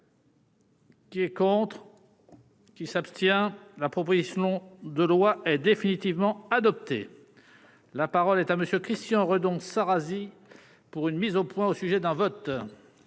Qui est contre qui s'abstient m'approprier ce de loi définitivement adoptée, la parole est à monsieur Christian Redon Arazi pour une mise au point au sujet d'un vote.